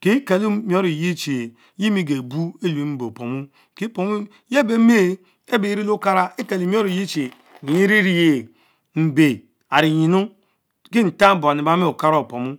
Kiekelo mion exicchie emigebun elue mbe obomu, yieh beh meh abey ne le Okara ekelo mior Eyee chie yie erienich mbe ave nyinanf Kie ntang buan ebamie Okara opomu.